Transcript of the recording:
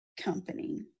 company